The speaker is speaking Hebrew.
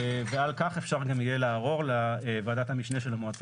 ועל כך אפשר גם יהיה לערור לוועדת המשנה של המועצה